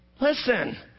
Listen